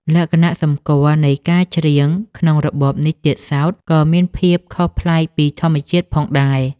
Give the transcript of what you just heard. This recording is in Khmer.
លក្ខណៈសម្គាល់នៃការច្រៀងក្នុងរបបនេះទៀតសោត ក៏មានភាពខុសប្លែកពីធម្មជាតិផងដែរ។